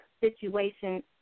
situation